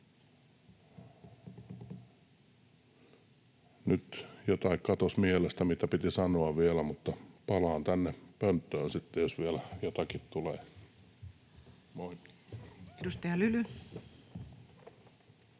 Nyt katosi mielestä, mitä piti sanoa vielä, mutta palaan tänne pönttöön sitten, jos vielä jotakin tulee. [Speech 229]